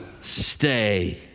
stay